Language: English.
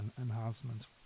enhancement